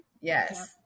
Yes